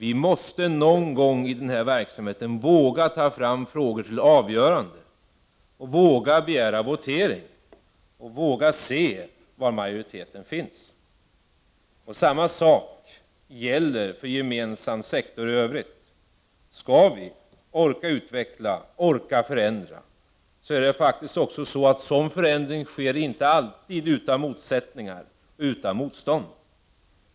Vi måste någon gång i denna verksamhet våga ta fram frågor till avgörande, våga begära votering och våga se var majoriteten finns. Samma sak gäller för gemensam sektor i övrigt. Skall vi orka utveckla, orka förändra måste vi inse att sådan förändring inte alltid sker utan motsättning, utan motstånd.